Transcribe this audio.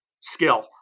skill